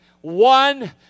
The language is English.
one